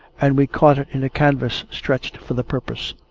and we caught it in a canvas stretched for the purpose.